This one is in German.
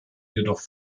jedoch